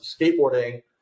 skateboarding